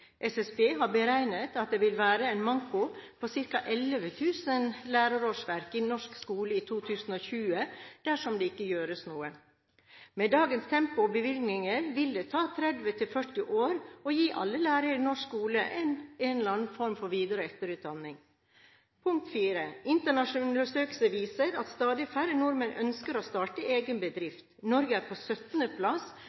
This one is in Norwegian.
SSB har beregnet at det vil være en manko på ca. 11 000 lærerårsverk i norsk skole i 2020 dersom det ikke gjøres noe. Med dagens tempo og bevilgninger vil det ta mellom 30 og 40 år å gi alle lærere i norsk skole en eller annen form for etter- og videreutdanning. Internasjonale undersøkelser viser at stadig færre nordmenn ønsker å starte egen bedrift. Norge er på 17. plass av 34 land i